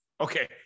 Okay